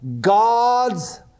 God's